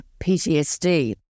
PTSD